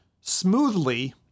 smoothly